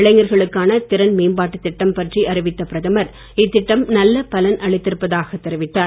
இளைஞர்களுக்கான திறன் மேம்பாட்டுத் திட்டம் பற்றி அறிவித்த பிரதமர் இத்திட்டம் நல்ல பலன் அளித்திருப்பதாக தெரிவித்தார்